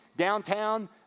Downtown